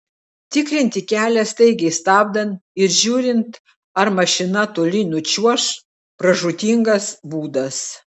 tikrinti kelią staigiai stabdant ir žiūrint ar mašina toli nučiuoš pražūtingas būdas